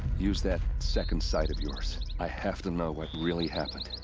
use that. second sight of yours. i have to know what really happened.